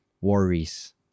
worries